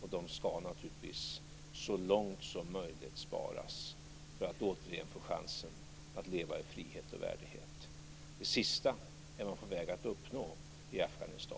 och de ska naturligtvis så långt som möjligt sparas för att dessa människor återigen ska få chansen att leva i frihet och värdighet. Det sistnämnda är man på väg att uppnå i Afghanistan.